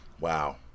Wow